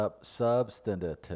Substantive